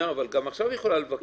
עכשיו היא יכולה לבקש.